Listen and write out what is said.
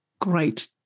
great